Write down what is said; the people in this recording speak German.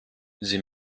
sie